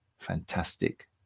fantastic